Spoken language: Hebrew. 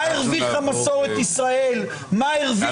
מה הרוויחה מסורת ישראל ומה הרוויחה מדינת ישראל?"